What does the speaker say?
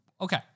okay